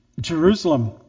Jerusalem